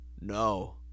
no